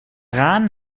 rahn